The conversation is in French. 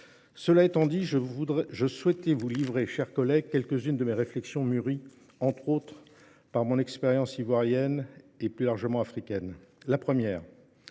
Cela étant dit, je souhaiterais vous livrer, chers collègues, quelques-unes de mes réflexions mûries, entre autres par mon expérience ivoirienne et plus largement africaine. La première.